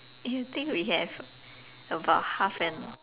you think we have about half an